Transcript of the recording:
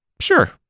sure